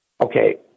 okay